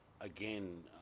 again